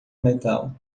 metal